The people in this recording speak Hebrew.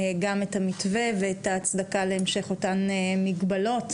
גם את המתווה ואת ההצדקה להמשך אותן מגבלות